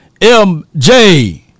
MJ